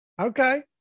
okay